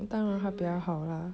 I know right